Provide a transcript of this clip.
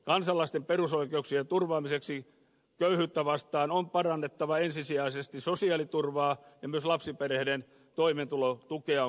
kansalaisten perusoikeuksien turvaamiseksi köyhyyttä vastaan on parannettava ensisijaisesti sosiaaliturvaa ja myös lapsiperheiden toimeentulotukea on korotettava